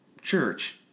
church